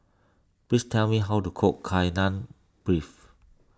please tell me how to cook Kai Lan Beef